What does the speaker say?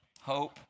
hope